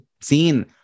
seen